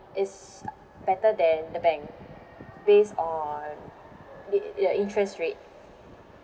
is better than the bank based on the the interest rate